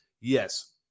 Yes